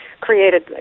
created